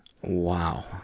Wow